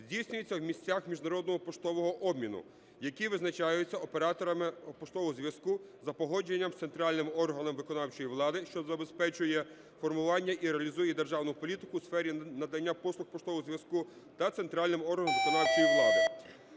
здійснюються в місцях міжнародного поштового обміну, які визначаються операторами поштового зв'язку за погодженням з центральним органом виконавчої влади, що забезпечує формування і реалізує державну політику у сфері надання послуг поштового зв'язку, та центральним органом виконавчої влади.